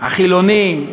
החילוני,